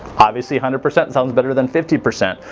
obviously a hundred percent is ah is better than fifty percent.